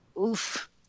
oof